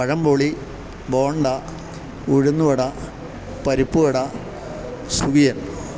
പഴം ബോളി ബോണ്ട ഉഴുന്നുവട പരിപ്പുവട സുഖിയൻ